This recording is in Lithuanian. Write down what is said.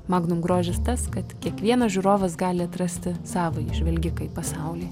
magnum grožis tas kad kiekvienas žiūrovas gali atrasti savąjį žvelgiką į pasaulį